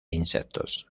insectos